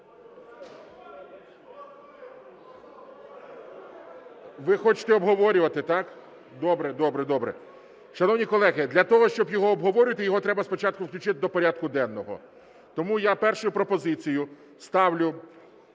Ви хочете обговорювати, так? Добре, добре, добре. Шановні колеги, для того, щоб його обговорювати, його треба спочатку включити до порядку денного. Тому я першою пропозицією ставлю